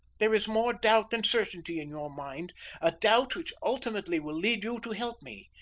there is more doubt than certainty in your mind a doubt which ultimately will lead you to help me.